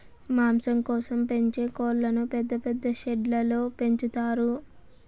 మాంసం కోసం పెంచే కోళ్ళను పెద్ద పెద్ద షెడ్లలో పెంచుతారు